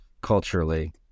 culturally